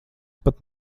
pat